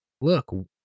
look